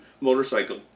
motorcycle